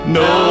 no